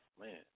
man